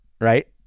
right